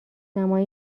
نمایی